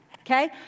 okay